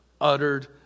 uttered